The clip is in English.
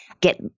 get